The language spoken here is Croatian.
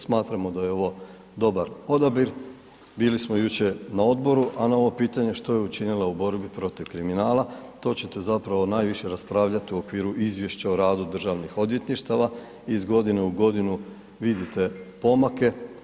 Smatramo da je ovo dobar odabir, bili smo jučer na odboru, a na ovo pitanje što je učinila u borbi protiv kriminala, to ćete zapravo najviše raspravljati u okviru izvješća o radu Državnih odvjetništava, iz godine u godinu vidite pomake.